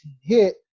hit